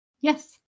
Yes